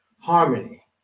harmony